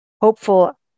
hopeful